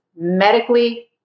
medically